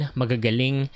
magagaling